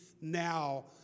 now